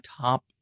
top